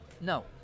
no